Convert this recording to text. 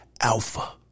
Alpha